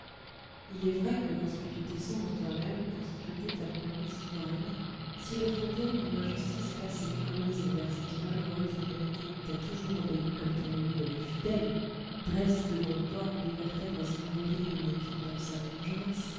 il est vrai que lorsque tu descends en toi-même pour scruter ta conduite souveraine si le fantôme d'une injustice passée commise envers cette malheureuse humanité qui t'a toujours obéi comme ton ami le plus fidèle dresse devant toi les vertèbres immobiles d'une épine dorsale vengeresse